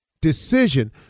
decision